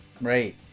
Right